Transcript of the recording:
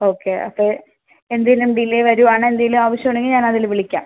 okay അപ്പം എന്തേലും delay വരുവാണ് എന്തേലും ആവശ്യം ഉണ്ടെങ്കിൽ ഞാൻ അതിൽ വിളിക്കാം